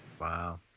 Wow